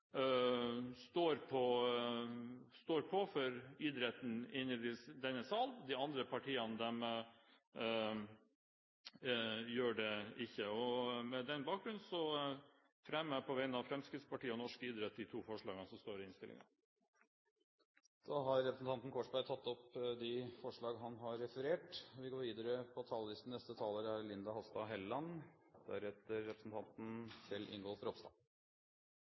står på for idretten i denne sal. De andre partiene gjør det ikke. På den bakgrunn fremmer jeg på vegne av Fremskrittspartiet og norsk idrett de to forslagene som står i innstillingen. Representanten Øyvind Korsberg har tatt opp de forslag han refererte til. Det er mange anlegg som venter på